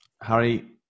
Harry